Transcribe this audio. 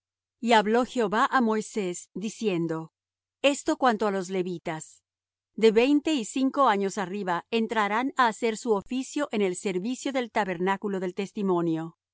y habló jehová á moisés diciendo esto cuanto á los levitas de veinte y cinco años arriba entrarán á hacer su oficio en el servicio del tabernáculo del testimonio